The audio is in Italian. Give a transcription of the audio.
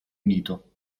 unito